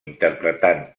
interpretant